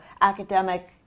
academic